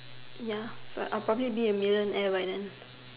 ya but I'll probably be a millionaire by then